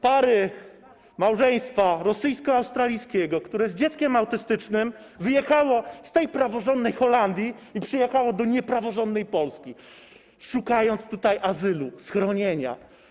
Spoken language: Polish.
Pary, małżeństwa rosyjsko-australijskiego, które z dzieckiem autystycznym wyjechało z tej praworządnej Holandii i przyjechało do niepraworządnej Polski, szukając tutaj azylu, schronienia.